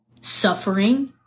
suffering